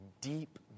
deep